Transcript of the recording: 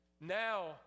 Now